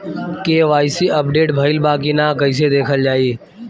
KYC update भइल बा कि ना कइसे देखल जाइ?